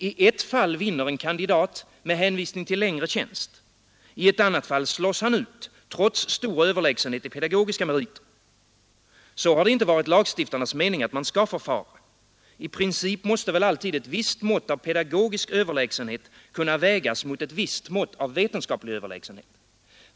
I ett fall vinner en kandidat med hänvisning till längre tjänst, i ett annat fall slås han ut trots stor överlägsenhet i pedagogiska meriter. Så har det inte varit lagstiftarnas mening att man skall förfara. I princip måste alltid ett visst mått av pedagogisk överlägsenhet kunna vägas mot ett visst mått av vetenskaplig överlägsenhet.